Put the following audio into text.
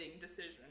decision